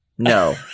No